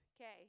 Okay